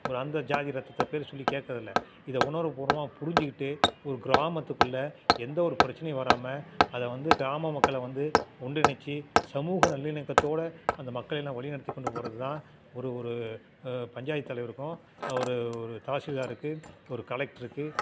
அந்த ஜாதி ரத்தத்தை பேர சொல்லி கேட்குறதில்ல இதை உணர்வுபூர்வமாக புரிஞ்சுக்கிட்டு ஒரு கிராமத்துக்குள்ளே எந்த ஒரு பிரச்சினையும் வராமல் அதை வந்து கிராம மக்களை வந்து ஒன்றிணைத்து சமூக நல்லிணக்கத்தோடு அந்த மக்களெல்லாம் வழிநடத்தி கொண்டுப் போகிறதுதான் ஒரு ஒரு பஞ்சாயத்து தலைவருக்கும் ஒரு ஒரு தாசில்தாருக்கு ஒரு கலெக்ட்ருக்கு